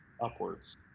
upwards